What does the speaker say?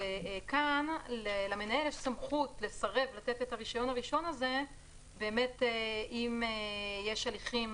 וכאן יש למנהל סמכות לסרב לתת את הרישיון הראשון הזה אם יש הליכים